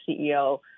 CEO